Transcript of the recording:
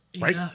Right